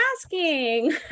asking